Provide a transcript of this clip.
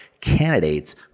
candidates